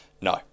No